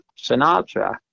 Sinatra